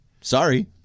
Sorry